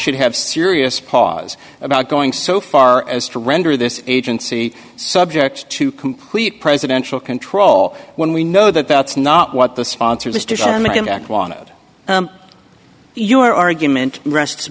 should have serious pause about going so far as to render this agency subject to complete presidential control when we know that that's not what the sponsors wanted your argument rest